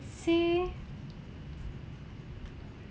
say